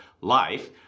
life